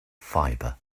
fibre